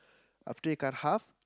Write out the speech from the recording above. after you cut half